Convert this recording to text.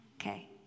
Okay